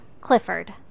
Clifford